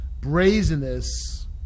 brazenness